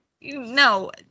No